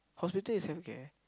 hospital is healthcare